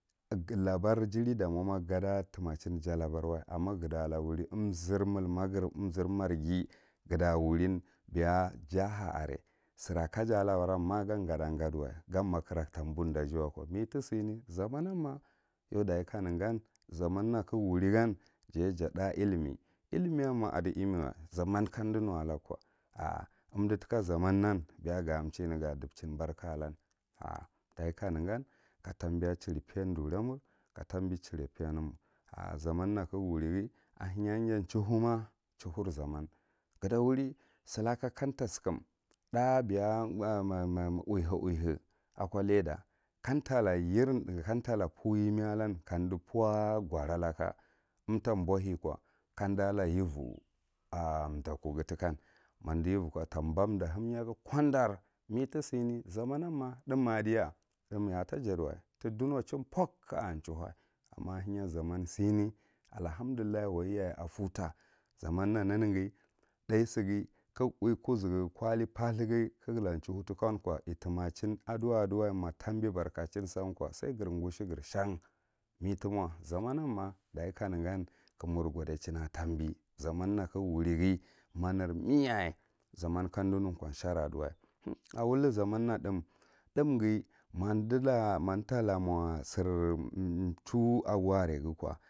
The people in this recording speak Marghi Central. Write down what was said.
Ngulabar jari da mo ma ga timachin va labarwa amma ga ta wuri umzuri indima giri, umzur marghi ga ta wurin beya ja ha are sir aka ja labara ma gan ga da gadiwa kiraghu ta boud tage wa ko, me tisane zaman nanma yau dachi kanegan zaman na kagu wuri gan, jaye ja thá illime, illimiyan ma adi imewa zamman kadi nuwalagu ko, a’a’ umdi tika zamanan beya ga chiye ne gadichin barka alan a’ daye kanegan ka tambiya a churipe diwira mur katabi churipe nemar zaman na kagu wurighi ahenya ija chanhu ma chanhur zaman, ga ta wuri silaka kanta sikum thá beya ma ma uhe uha, ako ledar kamtala yen katadu puw ime’ala kamdu puw a goral aka umta bohe ko ka umda la yuro thdakku tikan ma umdi yuvoko tabam da hemyaghi kondary mw tisane zaman nama thu’m ar diya thùm ya a jadiwa, tudona chum pouk ka a chnhu, amma ahenya zamma ka a chanhu, amma ahenya zama sine allahamdullah waiyaye a poluta zaman uwi ruzugu koli phathurhi kala chanhi tikan ko litima chin aduwa, aduwa, yaye ma tambi barko chin san ko sai gre gushe gre shan, me timo zaman nan ma dachi ka negan ka mur godichin aka tambi zaman n aka ga wurighi, ma ner meyaye zaman ka wurighi, ma ner meyaye zaman ka umdi nukow showy aduwa, awulli zaman rat hum, thumghi ma umtala mo sir chamhu a go are ghi ko